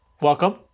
welcome